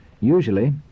Usually